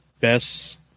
best